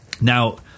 now